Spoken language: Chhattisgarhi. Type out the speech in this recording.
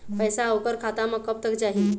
पैसा ओकर खाता म कब तक जाही?